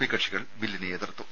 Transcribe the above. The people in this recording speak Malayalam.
പി കക്ഷികൾ ബില്ലിനെ എതിർത്തു